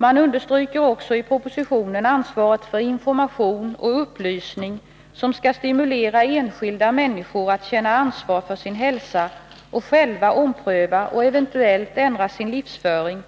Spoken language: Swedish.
Man understryker också i propositionen ansvaret för information och upplysning som skall stimulera enskilda människor att känna ansvar för sin hälsa och själva ompröva och eventuellt ändra sin livsföring